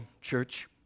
church